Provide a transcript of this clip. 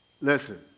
listen